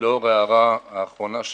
ולאור ההערה האחרונה שלך,